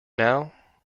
now